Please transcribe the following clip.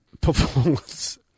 performance